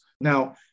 Now